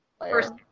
first